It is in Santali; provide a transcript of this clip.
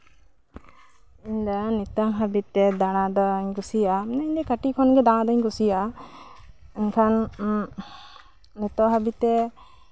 ᱤᱧ ᱫᱚ ᱱᱤᱛᱚᱜ ᱦᱟᱹᱵᱤᱡ ᱛᱮ ᱫᱟᱬᱟ ᱫᱚᱧ ᱠᱩᱥᱤᱭᱟᱜᱼᱟ ᱤᱧ ᱫᱚ ᱠᱟᱹᱴᱤᱡ ᱠᱷᱚᱡᱜᱮ ᱫᱟᱬᱟ ᱫᱚᱧ ᱠᱩᱥᱤᱭᱟᱜᱼᱟ ᱮᱱᱠᱷᱟᱱ ᱱᱤᱛᱚᱜ ᱦᱟᱹᱵᱤᱡᱛᱮ